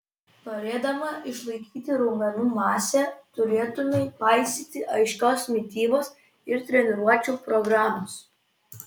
norėdama išlaikyti raumenų masę turėtumei paisyti aiškios mitybos ir treniruočių programos